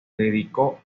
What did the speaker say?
dedicó